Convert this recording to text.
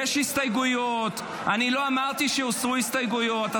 יש הסתייגויות, לא אמרתי שהוסרו ההסתייגויות.